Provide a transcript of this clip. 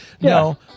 no